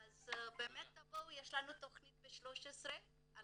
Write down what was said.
אז באמת תבואו, יש לנו תוכנית ב-13 על